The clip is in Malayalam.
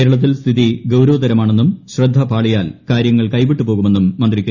കേരളത്തിൽ സ്ഥിതി ഗൌരവതരമാണെന്നും ശ്രദ്ധ പാളിയാൽ കാര്യങ്ങൾ കൈവിട്ടു പോകുമെന്നും മന്ത്രി കെ